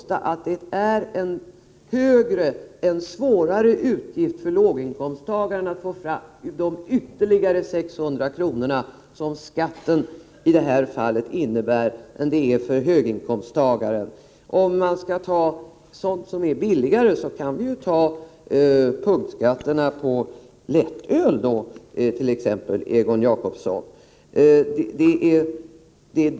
en utgift som troligen är svårare att få fram för låginkomsttagaren än för höginkomsttagaren. Om vi skall ta exempel på skatt på en vara som är billigare kan vi ta punktskatten på lättöl, Egon Jacobsson.